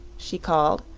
she called.